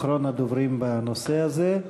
אחרון הדוברים בנושא הזה.